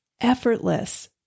effortless